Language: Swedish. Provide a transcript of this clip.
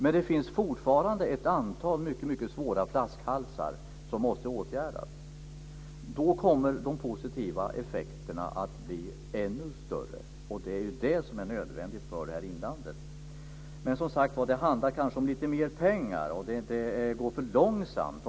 Men det finns fortfarande ett antal mycket svåra flaskhalsar, som måste åtgärdas. Då kommer de positiva effekterna att bli ännu större, och det är det som är nödvändigt för inlandet. Men det handlar kanske om lite mer pengar, som sagt var. Det går för långsamt!